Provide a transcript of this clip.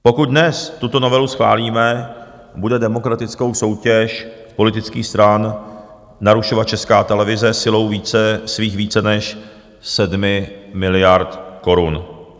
Pokud dnes tuto novelu schválíme, bude demokratickou soutěž politických stran narušovat Česká televize silou svých více než sedmi miliard korun.